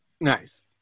Nice